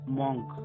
monk